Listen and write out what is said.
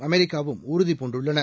அமெரிக்காவும் உறுதிபூண்டுள்ளன